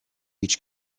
each